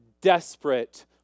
desperate